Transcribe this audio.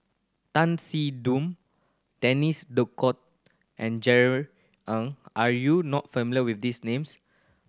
Tan Siew Denis D'Cotta and Jerry Ng are you not familiar with these names